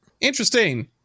Interesting